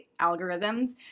algorithms